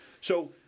So-